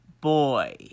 Boy